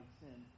sin